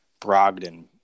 Brogdon